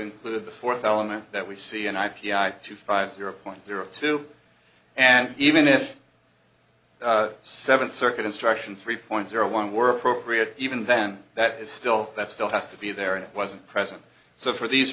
include the fourth element that we see and i p i two five zero point zero two and even if the seventh circuit instruction three point zero one were procreated even then that is still that still has to be there and it wasn't present so for these